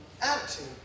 attitude